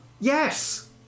Yes